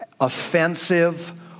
offensive